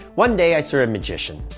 one day i saw a magician,